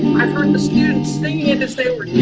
i've heard the students singing it as they were